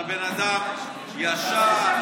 אתה אדם ישר,